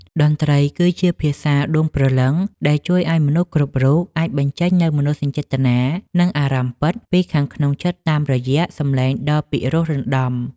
តន្ត្រីគឺជាភាសាដួងព្រលឹងដែលជួយឱ្យមនុស្សគ្រប់រូបអាចបញ្ចេញនូវមនោសញ្ចេតនា និងអារម្មណ៍ពិតពីខាងក្នុងចិត្តតាមរយៈសម្លេងដ៏ពីរោះរណ្ដំ។